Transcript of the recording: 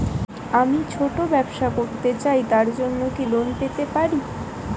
আমি ছোট ব্যবসা করতে চাই তার জন্য কি লোন পেতে পারি?